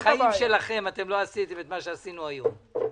בחיים שלכם לא עשיתם מה שעשינו היום.